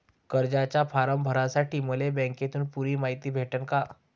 कर्जाचा फारम भरासाठी मले बँकेतून पुरी मायती भेटन का?